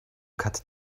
cut